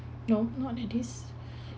no not at this